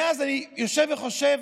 מאז אני יושב וחושב,